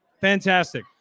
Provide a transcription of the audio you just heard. Fantastic